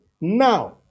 now